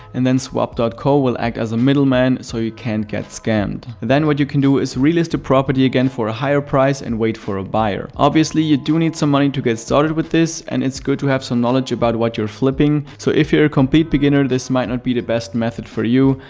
and then swapd co will act as a middleman so you can't get scammed. then what you can do is relist the property again for a higher price and wait for a buyer. obviously, you do need some money to get started with this, and it's good to have some knowledge about what you're flipping. so if you're a complete beginner, this might not be the best method for you.